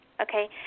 okay